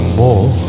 more